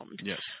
yes